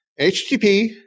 HTTP